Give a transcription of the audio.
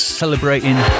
celebrating